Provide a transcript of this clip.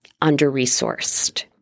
under-resourced